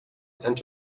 entered